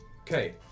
Okay